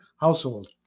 household